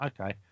okay